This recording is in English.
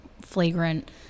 flagrant